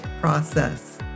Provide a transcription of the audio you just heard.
process